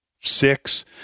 six